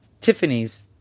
tiffany's